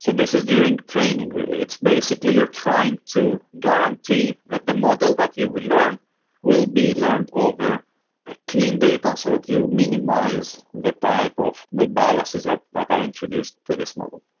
so this is during training, really. it's basically you're trying to guarantee that the model that you will learn will be learned over a clean data so that you minimize the type of the biases that that are introduced to this model.